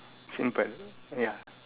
simple ya